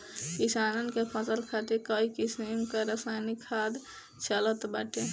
किसानन के फसल खातिर कई किसिम कअ रासायनिक खाद चलत बाटे